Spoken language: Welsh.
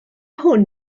hwn